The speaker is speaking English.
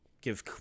give